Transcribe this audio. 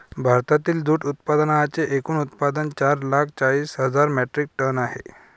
भारतातील जूट उत्पादनांचे एकूण उत्पादन चार लाख चाळीस हजार मेट्रिक टन आहे